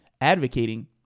advocating